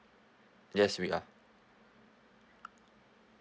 yes we are